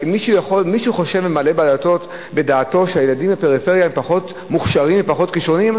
מישהו מעלה בדעתו שהילדים בפריפריה הם פחות מוכשרים ופחות כשרוניים?